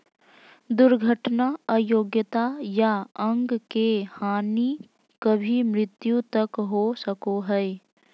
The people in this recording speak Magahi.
दुर्घटना अयोग्यता या अंग के हानि कभी मृत्यु तक हो सको हइ